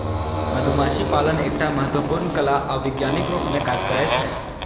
मधुमाछी पालन एकटा महत्वपूर्ण कला आ विज्ञानक रूप मे काज करै छै